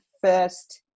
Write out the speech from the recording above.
first